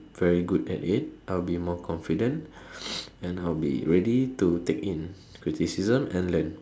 very good at it I'll be more confident and I'll be ready to take in more criticism and learn